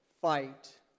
fight